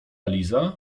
liza